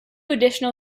additional